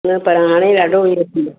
न पर हाणे ॾाढो इहो थी वियो आहे